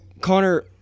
Connor